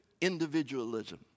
individualism